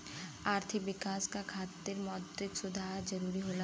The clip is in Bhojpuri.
आर्थिक विकास क खातिर मौद्रिक सुधार जरुरी होला